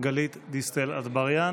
גלית דיסטל אטבריאן.